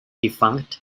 defunct